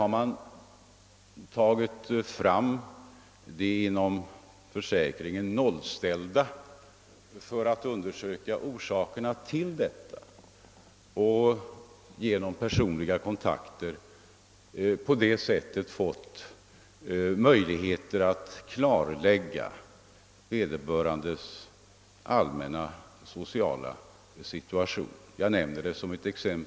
Man har tagit fram de inom sjukförsäkringen nollställda för att undersöka orsakerna härtill och söker sedan genom personliga kontakter klarlägga vederbörandes allmänna sociala situation.